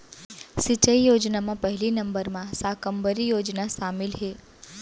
सिंचई योजना म पहिली नंबर म साकम्बरी योजना सामिल हे